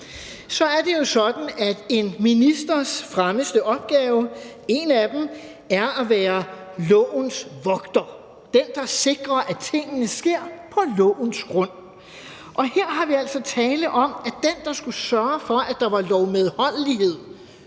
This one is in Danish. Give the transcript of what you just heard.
er det jo sådan, at en ministers fremmeste opgave – en af dem i hvert fald – er at være lovens vogter; den, der sikrer, at tingene sker på lovens grund. Og her har vi altså at gøre med, at den, der skulle sørge for, at der var lovmedholdelighed,